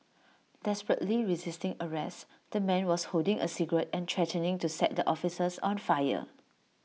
desperately resisting arrest the man was holding A cigarette and threatening to set the officers on fire